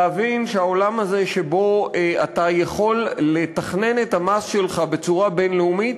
להבין שהעולם הזה שבו אתה יכול לתכנן את המס שלך בצורה בין-לאומית